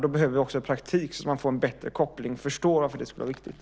Då behövs det praktik så att man får en bättre koppling och förstår varför det är viktigt.